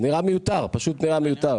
נראה מיותר פשוט נראה מיותר.